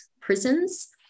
prisons